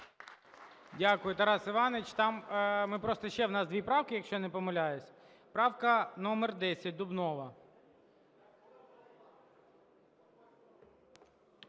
Дякую, Тарас Іванович. Просто ще в нас дві правки, якщо я не помиляюсь. Правка номер 10, Дубнова. І